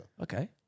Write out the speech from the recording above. Okay